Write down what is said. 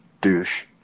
Douche